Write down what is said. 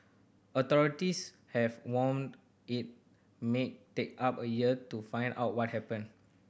authorities have warned it may take up a year to find out what happened